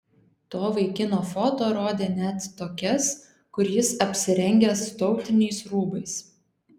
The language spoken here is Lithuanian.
to vaikino foto rodė net tokias kur jis apsirengęs tautiniais rūbais